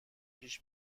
پیش